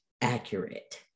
accurate